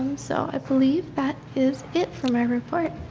um so i believe that is it for my report.